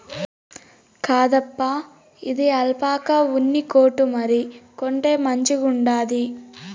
కాదప్పా, ఇది ఆల్పాకా ఉన్ని కోటు మరి, కొంటే మంచిగుండాది